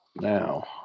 now